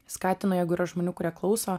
skatinu jeigu yra žmonių kurie klauso